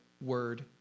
word